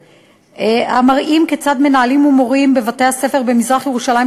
המראים כיצד מנהלים ומורים בבתי-הספר במזרח-ירושלים,